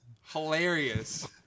hilarious